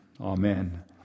Amen